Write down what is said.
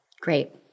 Great